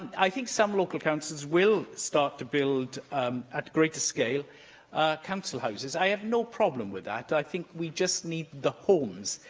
i think some local councils will start to build at greater scale council houses. i have no problem with that i think we just need the homes.